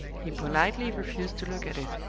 he politely refused to look at it.